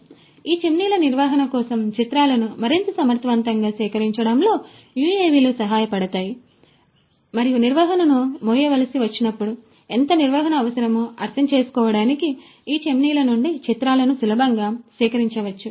కాబట్టి ఈ చిమ్నీల నిర్వహణ కోసం చిత్రాలను మరింత సమర్థవంతంగా సేకరించడంలో యుఎవిలు సహాయపడతాయి మరియు నిర్వహణను మోయవలసి వచ్చినప్పుడు ఎంత నిర్వహణ అవసరమో అర్థం చేసుకోవడానికి ఈ చిమ్నీల నుండి చిత్రాలను సులభంగా సేకరించవచ్చు